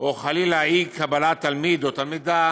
או חלילה אי-קבלת תלמיד או תלמידה